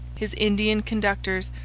his indian conductors,